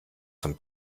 zum